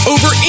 Over